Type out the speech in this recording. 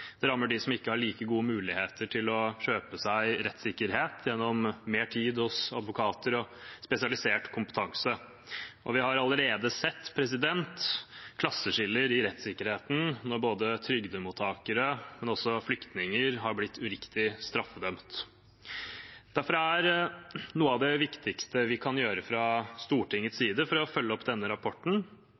rammer dem som ikke har like god mulighet til å kjøpe seg rettssikkerhet gjennom mer tid hos advokater og spesialisert kompetanse. Vi har allerede sett klasseskiller i rettssikkerheten når både trygdemottakere og flyktninger har blitt uriktig straffedømt. Derfor er noe av det viktigste vi kan gjøre fra Stortingets side for å følge opp denne rapporten,